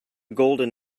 golden